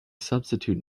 substitute